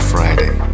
Friday